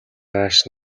нааш